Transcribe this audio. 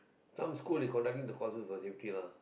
some schools they conducting the courses for safety lah